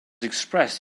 expressed